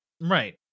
Right